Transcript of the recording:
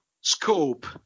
scope